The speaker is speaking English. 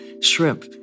shrimp